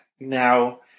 Now